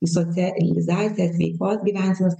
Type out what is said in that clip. į socializaciją sveikos gyvensenos